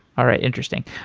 all right, interesting.